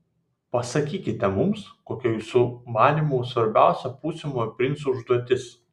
pasakykite mums kokia jūsų manymu svarbiausia būsimo princo užduotis